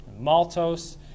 Maltose